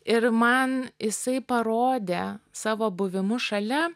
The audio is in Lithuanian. ir man jisai parodė savo buvimu šalia